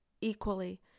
equally